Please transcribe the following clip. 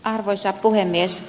arvoisa puhemies